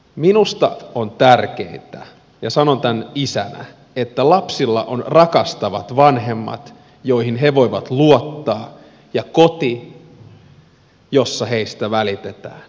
minusta on tärkeintä ja sanon tämän isänä että lapsilla on rakastavat vanhemmat joihin he voivat luottaa ja koti jossa heistä välitetään